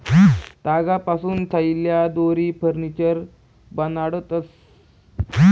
तागपासून थैल्या, दोरी, फर्निचर बनाडतंस